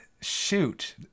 shoot